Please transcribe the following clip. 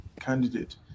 candidate